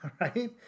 right